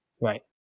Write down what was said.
Right